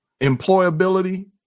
employability